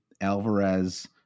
alvarez